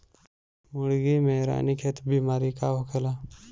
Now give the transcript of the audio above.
मुर्गी में रानीखेत बिमारी का होखेला?